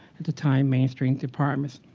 at the time, mainstream departments.